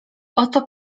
oto